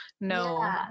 no